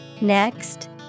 Next